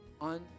on